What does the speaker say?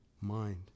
mind